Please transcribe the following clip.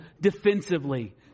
defensively